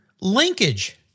Linkage